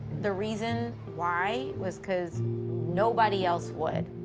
the reason why was cause nobody else would.